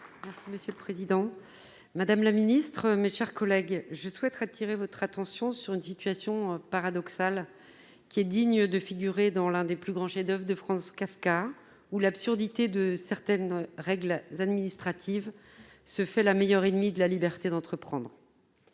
Territoires. Madame la ministre de la culture, je souhaite appeler votre attention sur une situation paradoxale, qui est digne de figurer dans l'un des plus grands chefs-d'oeuvre de Franz Kafka, où l'absurdité de certaines règles administratives se fait la meilleure ennemie de la liberté d'entreprendre.